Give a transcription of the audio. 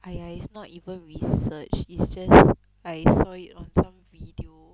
!aiya! is not even research is just I saw it on some video